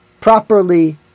properly